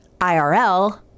IRL